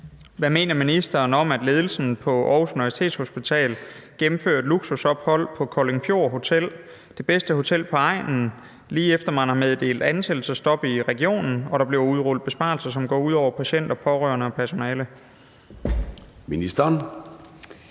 Hvad mener ministeren om, at ledelsen på Aarhus Universitetshospital gennemfører et luksusophold på Hotel Koldingfjord – det bedste hotel på egnen – lige efter man har meddelt ansættelsesstop i regionen og der bliver udrullet besparelser, som går ud over patienter, pårørende og personale? Kl.